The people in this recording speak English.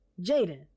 Jaden